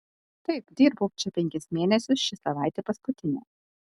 taip dirbau čia penkis mėnesius ši savaitė paskutinė